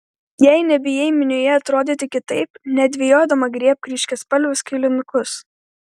jei nebijai minioje atrodyti kitaip nedvejodama griebk ryškiaspalvius kailinukus